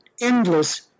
endless